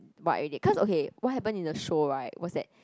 what already cause what happen in the show right was that